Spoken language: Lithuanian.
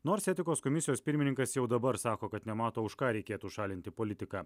nors etikos komisijos pirmininkas jau dabar sako kad nemato už ką reikėtų šalinti politiką